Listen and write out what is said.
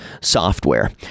software